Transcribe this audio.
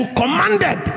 commanded